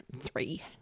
three